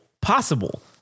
possible